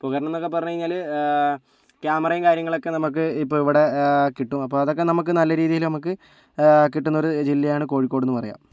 ഉപകരണം എന്നൊക്കെ പറഞ്ഞ് കഴിഞ്ഞാൽ ക്യാമറയും കാര്യങ്ങളൊക്കെ നമുക്ക് ഇപ്പോൾ ഇവിടെ കിട്ടും അപ്പോൾ അതൊക്കെ നമുക്ക് നല്ല രീതിയിൽ നമുക്ക് കിട്ടുന്നൊരു ജില്ലയാണ് കോഴിക്കോടെന്ന് പറയാം